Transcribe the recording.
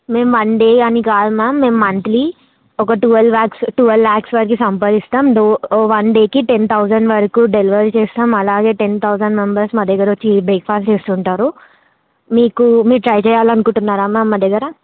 ma'am one day అని కాదు ma'am మేము మంత్లీ ఒక టువల్ ల్యాక్స్ టువల్ ల్యాక్స్ వరకీ సంపాదిస్తాము డే వన్ డేకి టెన్ థౌసండ్ వరకూ డెలివరీ చేస్తాము అలాగే టెన్ థౌసండ్ మెంబర్స్ మా దగ్గరకి వచ్చి బ్రేక్ఫాస్ట్ చేస్తుంటారు మీకు మీరు ట్రై చేయాలని అనుకుంటున్నారా మ్యామ్ మా దగ్గర